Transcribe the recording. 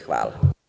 Hvala.